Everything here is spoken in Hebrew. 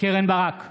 קרן ברק,